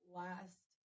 last